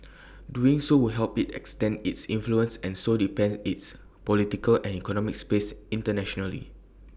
doing so would help IT extend its influence and so depend its political and economic space internationally